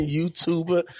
YouTuber